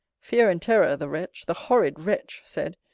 fear and terror, the wretch, the horrid wretch! said,